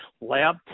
lab